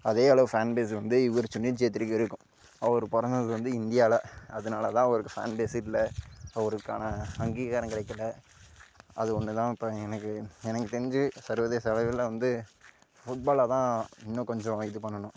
அதே அளவு ஃபேன்பேஸு வந்து இவர் சுனில் சேத்ரிக்கு இருக்கும் அவர் பிறந்தது வந்து இந்தியாவில அதனால தான் அவருக்கு ஃபேன்பேஸு இல்லை அவருக்கான அங்கீகாரம் கிடைக்கல அது ஒன்று தான் இப்போ எனக்கு எனக்கு தெரிஞ்சு சர்வதேச அளவில் வந்து ஃபுட்பாலை தான் இன்னும் கொஞ்சம் இது பண்ணணும்